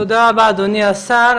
תודה רבה, אדוני השר.